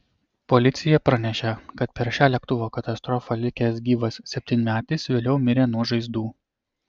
policija pranešė kad per šią lėktuvo katastrofą likęs gyvas septynmetis vėliau mirė nuo žaizdų